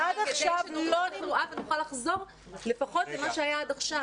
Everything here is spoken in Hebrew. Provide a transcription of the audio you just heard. כדי --- תוכל לחזור לפחות למה שהיה עד עכשיו.